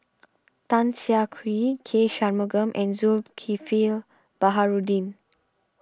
Tan Siah Kwee K Shanmugam and Zulkifli Baharudin